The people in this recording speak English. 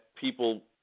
people